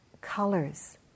colors